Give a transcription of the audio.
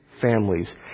Families